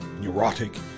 neurotic